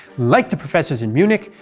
like the professors in munich,